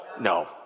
No